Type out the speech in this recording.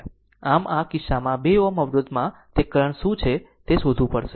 આમ આ કિસ્સામાં 2 Ω અવરોધમાં તે કરંટ શું છે તે શોધવું પડશે